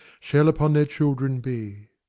shall upon their children be.